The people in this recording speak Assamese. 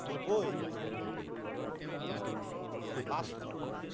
নব্বৈ পাঁচশ